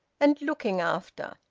and looking after.